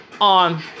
on